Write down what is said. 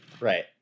Right